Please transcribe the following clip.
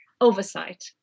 oversight